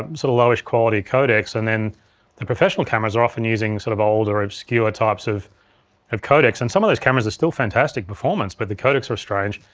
um sort of lowish quality codecs and then the professional cameras are often using sort of older, obscure types of codecs. and some of those cameras are still fantastic performers but the codecs are strange,